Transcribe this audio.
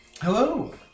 Hello